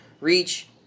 Reach